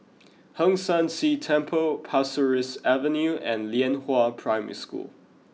Hong San See Temple Pasir Ris Avenue and Lianhua Primary School